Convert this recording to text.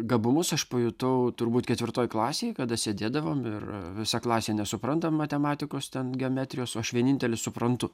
gabumus aš pajutau turbūt ketvirtoj klasėj kada sėdėdavom ir visa klasė nesupranta matematikos ten geometrijos o aš vienintelis suprantu